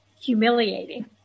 humiliating